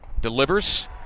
delivers